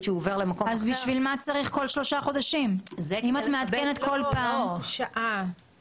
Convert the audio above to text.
שהוא עובר למקום אחר --- אז בשביל מה צריך כל שלושה חודשים?